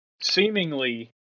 seemingly